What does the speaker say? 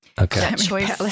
Okay